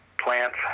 plants